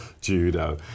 judo